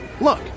Look